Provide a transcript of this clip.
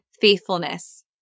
faithfulness